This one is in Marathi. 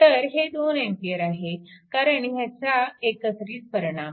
तर हे 2A आहे कारण ह्यांचा एकत्र परिणाम